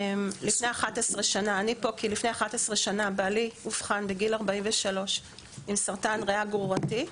אני פה כי לפני 11 שנה בעלי אובחן בגיל 43 עם סרטן ריאה גרורתי.